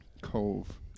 cove